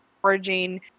foraging